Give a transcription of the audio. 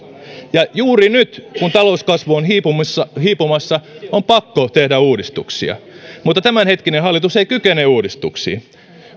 ja juuri nyt kun talouskasvu on hiipumassa hiipumassa on pakko tehdä uudistuksia mutta tämänhetkinen hallitus ei kykene uudistuksiin